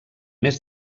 més